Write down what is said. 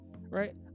right